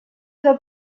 del